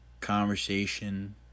conversation